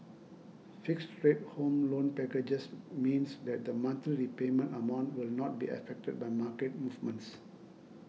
fixed rate Home Loan packages means that the monthly repayment amount will not be affected by market movements